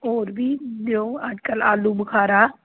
होर बी देओ अज्जकल आलूबखारा